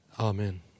Amen